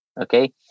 okay